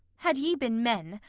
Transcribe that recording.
had ye been men,